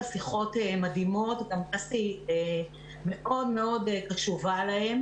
שיחות מדהימות דסי גם מאוד מאוד קשובה להן